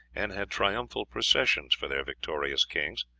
and had triumphal processions for their victorious kings,